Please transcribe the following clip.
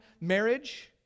marriage